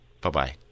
Bye-bye